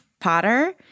Potter